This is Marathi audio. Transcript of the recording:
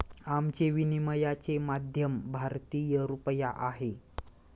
आमचे विनिमयाचे माध्यम भारतीय रुपया आहे